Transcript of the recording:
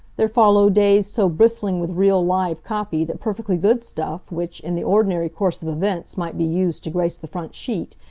there follow days so bristling with real, live copy that perfectly good stuff which, in the ordinary course of events might be used to grace the front sheet,